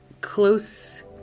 close